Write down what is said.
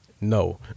No